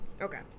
Okay